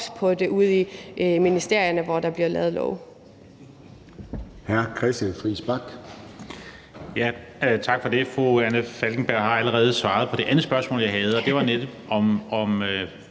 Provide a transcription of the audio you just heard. på det ude i ministerierne, hvor der bliver lavet